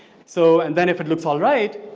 so and then if it looks all right,